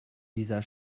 dieser